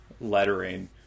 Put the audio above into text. lettering